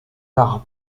l’art